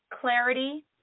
clarity